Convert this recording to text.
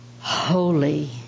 holy